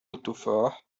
التفاح